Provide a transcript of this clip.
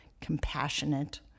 compassionate